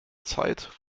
zeit